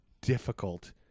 difficult